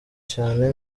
cyane